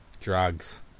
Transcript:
Drugs